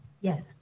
Yes